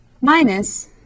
minus